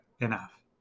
enough